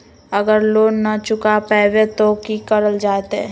अगर लोन न चुका पैबे तो की करल जयते?